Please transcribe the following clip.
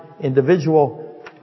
individual